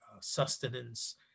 sustenance